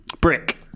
Brick